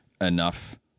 enough